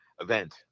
event